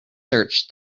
search